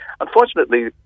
Unfortunately